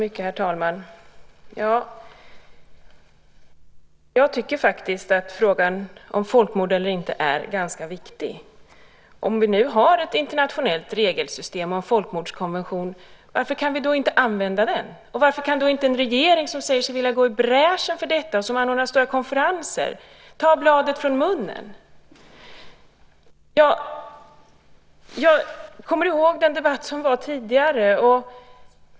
Herr talman! Jag tycker faktiskt att frågan om folkmord eller inte är ganska viktig. Om vi nu har ett internationellt regelsystem och en folkmordskonvention, varför kan vi då inte använda den? Och varför kan då inte en regering som säger sig vilja gå i bräschen för detta, och som anordnar stora konferenser, ta bladet från munnen? Jag kommer ihåg den debatt som var tidigare.